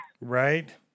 Right